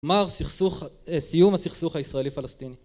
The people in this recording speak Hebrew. סיום הסכסוך הישראלי פלסטיני